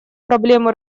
проблему